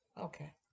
Okay